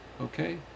okay